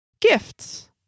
Gifts